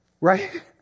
right